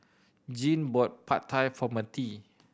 Jeane bought Pad Thai for Mertie